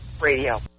Radio